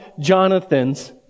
Jonathan's